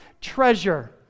treasure